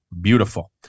beautiful